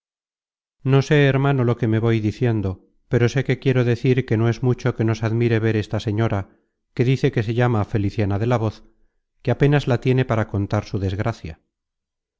no sé hermano lo que me voy diciendo pero sé que quiero decir que no es mucho que nos admire ver esta señora que dice que se llama feliciana de la voz que apenas la tiene para contar su desgracia